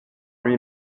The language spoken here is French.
lui